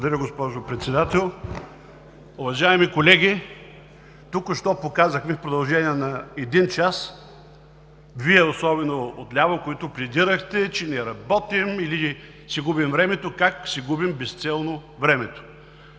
Благодаря, госпожо Председател. Уважаеми колеги, показахме в продължение на един час, Вие особено от ляво, които пледирахте, че не работим или си губим времето, как си губим безцелно времето.